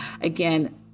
Again